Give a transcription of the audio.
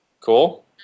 Cool